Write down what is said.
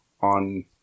on